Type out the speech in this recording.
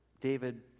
David